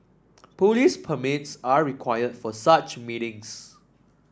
police permits are required for such meetings